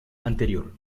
anterior